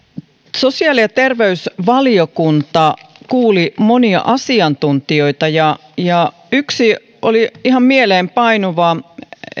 sosiaali ja terveysvaliokunta kuuli monia asiantuntijoita ja ja yksi oli ihan mieleenpainuva